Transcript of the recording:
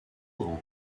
grand